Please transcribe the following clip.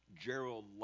Gerald